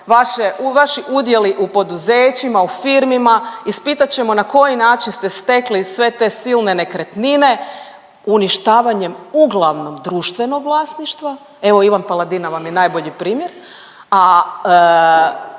vaši udjeli u poduzećima, u firmama, ispitat ćemo na koji način ste stekli sve te silne nekretnine. Uništavanjem uglavnom društvenog vlasništva, evo Ivan Paladina vam je najbolji primjer, a